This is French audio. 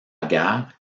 guerre